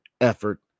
effort